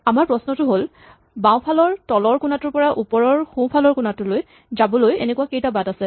আমাৰ প্ৰশ্নটো হ'ল বাওঁফালৰ তলৰ কোণাটোৰ পৰা ওপৰৰ সোঁফালৰ কোণাটোলৈ যাবলৈ এনেকুৱা কেইটা বাট আছে